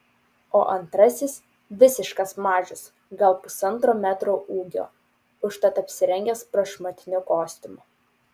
o antrasis visiškas mažius gal pusantro metro ūgio užtat apsirengęs prašmatniu kostiumu